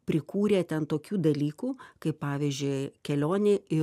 prikūrė ten tokių dalykų kaip pavyzdžiui kelionė į